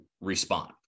respond